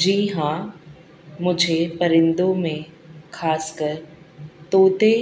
جی ہاں مجھے پرندوں میں خاص کر طوطے